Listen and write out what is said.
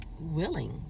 willing